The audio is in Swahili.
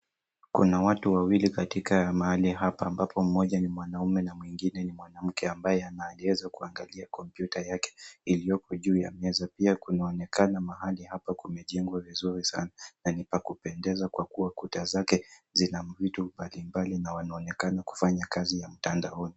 Kuna watu wawili katika mahali hapa ambapo mmoja ni mwanaume na mwingine ni mwanamke ambaye anaegeza kuagalia kompyuta yake ilioko juu ya meza. Pia kunaonekana mahali hapa kumejengwa vizuri sana na ni pa kupendeza kwa kuwa kuta zake zina vitu mbalimbali na wanaonekana kufanya kazi ya mtandaoni.